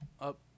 up